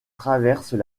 traversent